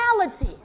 reality